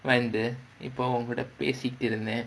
இப்போ உன் கூட பேசிட்டிருந்தேன்:ippo unkooda pesittirunthaen